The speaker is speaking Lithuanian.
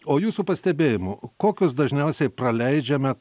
o jūsų pastebėjimu kokius dažniausiai praleidžiame